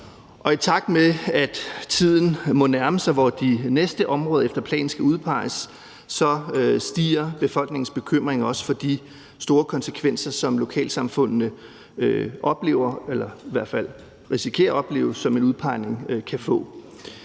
I takt med at tiden må nærme sig, hvor de næste områder efter planen skal udpeges, så stiger befolkningens bekymring også for de store konsekvenser, som lokalsamfundene oplever eller i hvert fald risikerer at opleve, i forhold til hvad en